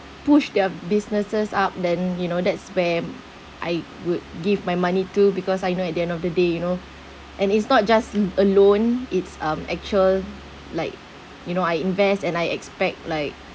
push their businesses up then you know that's where I would give my money too because I know at the end of the day you know and it's not just a loan it's um actual like you know I invest and I expect like